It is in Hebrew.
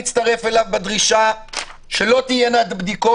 אני גם מצטרף אליו בדרישה שלא יהיו הבדיקות